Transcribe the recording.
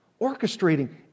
orchestrating